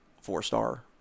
four-star